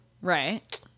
right